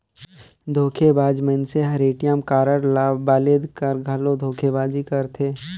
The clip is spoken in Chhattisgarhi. धोखेबाज मइनसे हर ए.टी.एम कारड ल बलेद कर घलो धोखेबाजी करथे